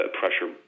pressure